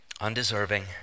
undeserving